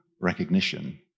recognition